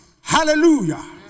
Hallelujah